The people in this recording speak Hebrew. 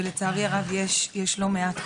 ולצערי הרב יש לא מעט כאלה.